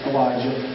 Elijah